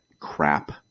crap